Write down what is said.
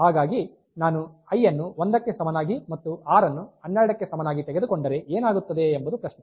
ಹಾಗಾಗಿ ನಾನು i ಅನ್ನು1ಕ್ಕೆ ಸಮನಾಗಿ ಮತ್ತು ಆರ್ ಅನ್ನು12ಕ್ಕೆ ಸಮನಾಗಿ ತೆಗೆದುಕೊಂಡರೆ ಏನಾಗುತ್ತದೆ ಎಂಬುದು ಪ್ರಶ್ನೆ